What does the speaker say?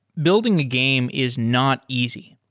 building a game is not easy.